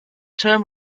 term